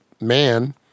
man